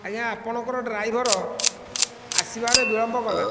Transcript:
ଆଜ୍ଞା ଆପଣଙ୍କର ଡ୍ରାଇଭର ଆସିବାରେ ବିଳମ୍ବ କଲା